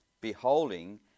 beholding